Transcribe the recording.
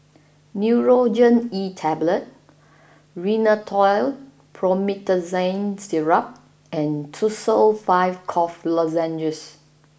Nurogen E Tablet Rhinathiol Promethazine Syrup and Tussils five Cough Lozenges